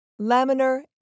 Laminar